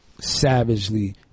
savagely